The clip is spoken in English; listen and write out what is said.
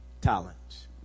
talent